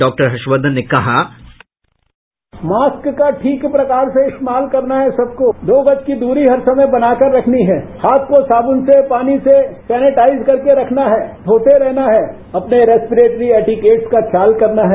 doctor Harshvardhan ने कहा sound bite mask का ठीक प्रकार से इस्तेमाल करना है सबको दो गज की दूरी हर समय बना के रखनी है हाथ को साबुन से पानी से सैनिटाइज करके रखना है धोते रहना है अपने रेस्परेटरी ऐटिकेट्स का ख्याल करना है